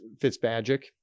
Fitzpatrick